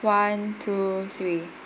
one two three